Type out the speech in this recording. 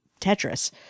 Tetris